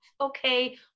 okay